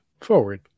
Forward